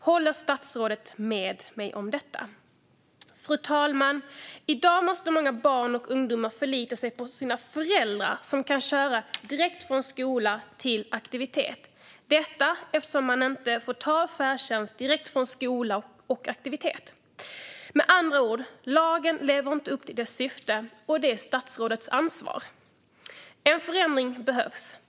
Håller statsrådet med mig om detta? Fru talman! I dag måste många barn och ungdomar förlita sig på sina föräldrar för att de ska köra dem direkt från skola till aktivitet - detta då man inte får ta färdtjänst direkt från skola till aktivitet. Lagen lever med andra ord inte upp till sitt syfte, och det är statsrådets ansvar. En förändring behövs.